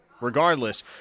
Regardless